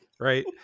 Right